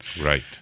Right